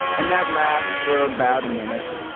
and that lasts for about a minute.